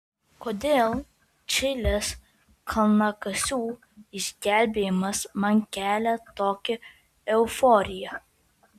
kodėl čilės kalnakasių išgelbėjimas man kelia tokią euforiją